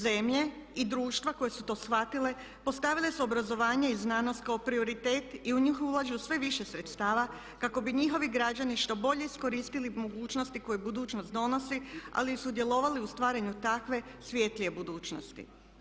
Zemlje i društva koja su to shvatila postavile su obrazovanje i znanost kao prioritet i u njih ulažu sve više sredstava kako bi njihovi građani što bolje iskoristili mogućnosti koje budućnost donosi ali i sudjelovali u stvaranju takve svjetlije budućnosti.